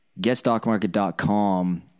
Getstockmarket.com